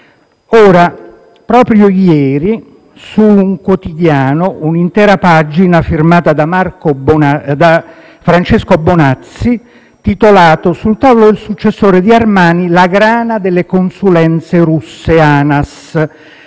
è apparso un articolo di un'intera pagina firmato da Francesco Bonazzi, titolato: «Sul tavolo del successore di Armani la grana delle consulenze russe ANAS»